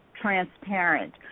transparent